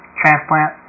transplant